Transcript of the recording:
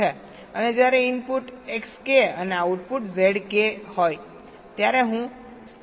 અને જ્યારે input Xk અને આઉટપુટ Zk હોય ત્યારે હું સ્ટેટ Xk માં રહું છું